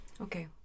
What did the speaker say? Okay